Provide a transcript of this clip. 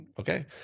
Okay